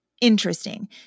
Interesting